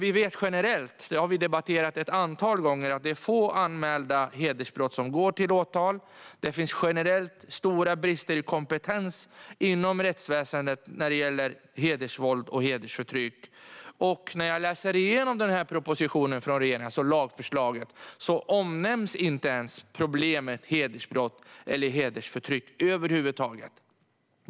Vi vet generellt, och det har vi debatterat ett antal gånger, att det är få anmälda hedersbrott som går till åtal. Det finns generellt stora brister i kompetens inom rättsväsendet när det gäller hedersvåld och hedersförtryck. När jag läser igenom propositionen, alltså lagförslaget från regeringen, omnämns inte problemet hedersbrott eller hedersrelaterat förtryck över huvud taget.